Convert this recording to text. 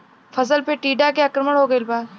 फसल पे टीडा के आक्रमण हो गइल बा?